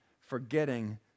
forgetting